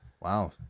wow